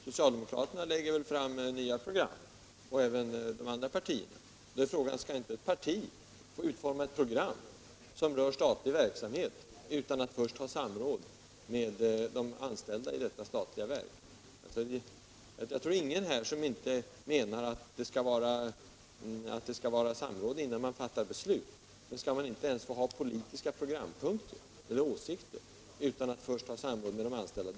Socialdemokraterna lägger väl fram nya program liksom också de andra partierna. Då kan man fråga sig om inte ett parti skall få utforma ett program som rör statlig verksamhet utan att först ha samråd med de anställda i ifrågavarande statliga verk. Jag tror inte att det finns någon här i kammaren som inte menar, att det skall vara samråd innan man fattar beslut. Men skall man inte ens få ha politiska åsikter utan att först ha samråd med de anställda?